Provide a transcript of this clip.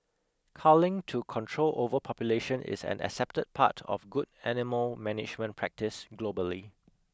culling to control overpopulation is an accepted part of good animal management practice globally